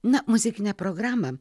na muzikinę programą